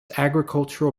agricultural